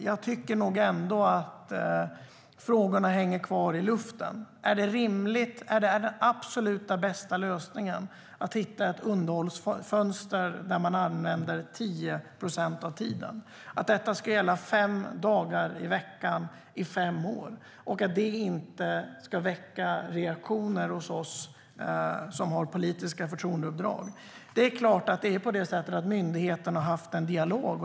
Jag tycker nog ändå att frågorna hänger kvar i luften. Är det rimligt, och är det den absolut bästa lösningen att hitta ett underhållsfönster där man använder 10 procent av tiden? Ska detta gälla fem dagar i veckan i fem år? Ska det inte väcka reaktioner hos oss som har politiska förtroendeuppdrag? Det är klart att myndigheterna har haft en dialog.